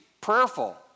prayerful